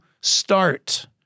start